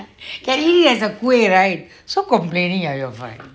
can eat as a kuih right so complaining ah your friend